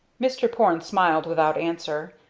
mr. porne smiled without answer,